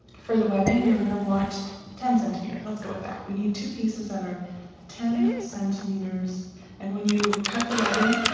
for the webbing, you're gonna want ten centimeters. let's go with that. we need two pieces that are ten centimeters and when you cut the webbing